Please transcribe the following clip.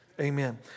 Amen